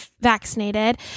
vaccinated